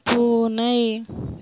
பூனை